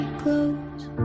clothes